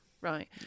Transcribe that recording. Right